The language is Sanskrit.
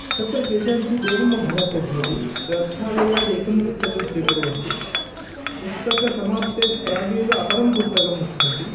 तत्र केषाञ्चिद् एवमभ्यासो भवति ग्रन्थालयादेकं पुस्तकंस्वीकुर्वन्ति पुस्तकसमाप्तेः प्रागेव अपरं पुस्तकम् इच्छन्ति